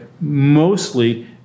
mostly